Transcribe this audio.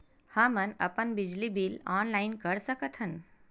हमन अपन बिजली बिल ऑनलाइन कर सकत हन?